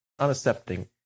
unaccepting